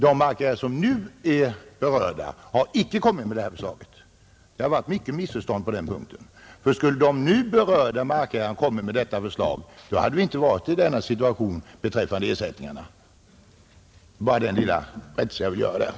De markägare som nu är berörda har icke kommit med det här förslaget. Det har varit mycket missförstånd på den punkten. Om nu berörda markägare kommit med detta förslag hade vi inte fått den situation som råder beträffande ersättningarna. Det var bara den lilla rättelsen jag ville göra.